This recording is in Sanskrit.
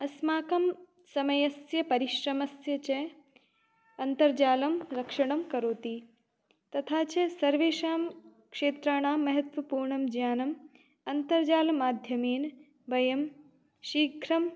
अस्माकं समयस्य परिश्रमस्य च अन्तर्जालं रक्षणं करोति तथा च सर्वेषां क्षेत्राणां महत्वपूर्णं ज्ञानम् अन्तर्जालमाध्यमेन वयं शीघ्रम्